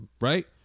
right